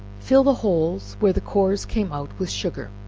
fill the holes where the cores came out with sugar,